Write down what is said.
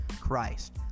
Christ